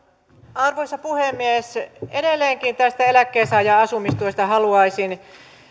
arvoisa puhemies edelleenkin tästä eläkkeensaajan asumistuesta haluaisin